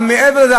אבל מעבר לזה,